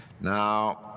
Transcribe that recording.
Now